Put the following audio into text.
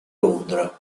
londra